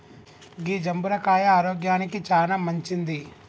గీ జంబుర కాయ ఆరోగ్యానికి చానా మంచింది